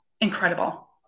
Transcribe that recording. incredible